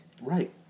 Right